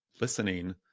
listening